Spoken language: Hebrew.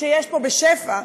שיש פה בשפע,